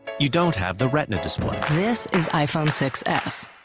you don't have the retina display this is iphone six s.